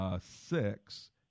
six